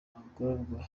bagororwa